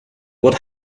what